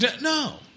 No